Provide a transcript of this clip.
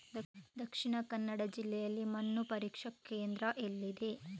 ದಕ್ಷಿಣ ಕನ್ನಡ ಜಿಲ್ಲೆಯಲ್ಲಿ ಮಣ್ಣು ಪರೀಕ್ಷಾ ಕೇಂದ್ರ ಎಲ್ಲಿದೆ?